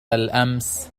الأمس